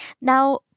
Now